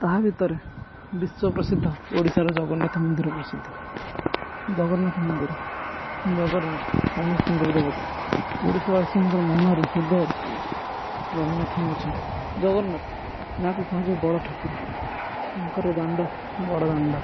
ତାହା ଭିତରେ ବିଶ୍ୱ ପ୍ରସିଦ୍ଧ ଓଡ଼ିଶାର ଜଗନ୍ନାଥ ମନ୍ଦିର ପ୍ରସିଦ୍ଧ ଜଗନ୍ନାଥ ମନ୍ଦିର ଜଗନ୍ନାଥ ସମସ୍ତଙ୍କର ଦେବତା ଓଡ଼ିଶାବାସୀଙ୍କର ମନରେ ହୃଦୟରେ ଜଗନ୍ନାଥ ହିଁ ଅଛନ୍ତି ଜଗନ୍ନାଥ ଯାହାକୁ କୁହାଯାଏ ବଡ଼ ଠାକୁର ତାଙ୍କର ଦାଣ୍ଡ ବଡ଼ ଦାଣ୍ଡ